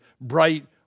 bright